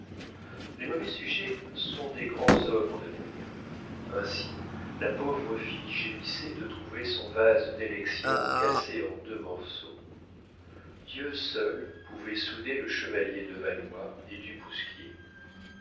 les mauvais sujets sont des grands hommes en amour ainsi la pauvre fille gémissait de trouver son vase d'élection cassé en deux morceaux dieu seul pouvait souder le chevalier de valois et du bousquier